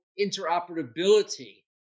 interoperability